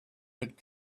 had